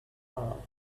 corral